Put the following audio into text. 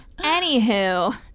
Anywho